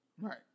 Right